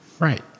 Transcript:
right